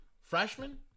Freshman